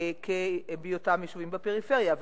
בהיותם יישובים בפריפריה.